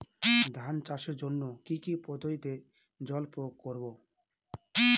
ধান চাষের জন্যে কি কী পদ্ধতিতে জল প্রয়োগ করব?